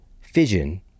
fission